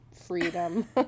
freedom